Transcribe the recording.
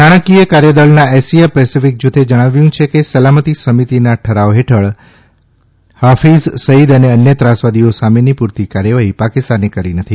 નાણાકીય કાર્યદળના Asia Pacific જૂથે જણાવ્યું છે કે સલામતિ સમિતિના ઠરાવ ફેઠળ હાફીઝ સઇદ અને અન્ય ત્રાસવાદીઓ સામેની પૂરતી કાર્યવાહી પાકિસ્તાને કરી નથી